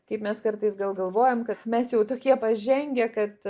kaip mes kartais gal galvojam kad mes jau tokie pažengę kad